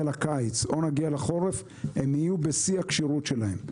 לקיץ או לחורף הן יהיו בשיא הכשירות שלהם.